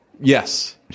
Yes